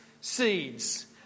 seeds